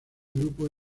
grupo